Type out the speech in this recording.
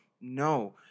No